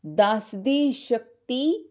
ਦਸ ਦੀ ਸ਼ਕਤੀ